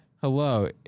hello